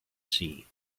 see